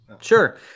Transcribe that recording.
Sure